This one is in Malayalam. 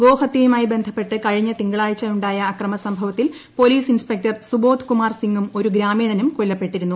ഗോഹത്യയുമായി ബന്ധപ്പെട്ട് കഴിഞ്ഞ തിങ്കളാഴ്ച ഉണ്ടായ അക്രമ സംഭവത്തിൽ പൊലീസ് ഇൻസ്പെക്ടർ സുബോധ് കുമാർ സിംഗും ഒരു ഗ്രാമീണനും കൊല്ലപ്പെട്ടിരുന്നു